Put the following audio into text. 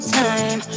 time